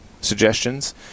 suggestions